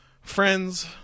friends